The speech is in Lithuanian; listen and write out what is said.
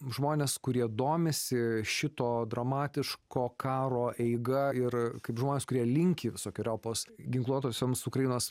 žmonės kurie domisi šito dramatiško karo eiga ir kaip žmonės kurie linki visokeriopos ginkluotosioms ukrainos